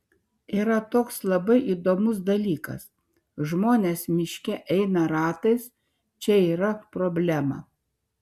yra toks labai įdomus dalykas žmonės miške eina ratais čia yra problema